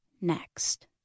next